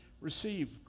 receive